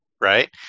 Right